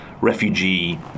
refugee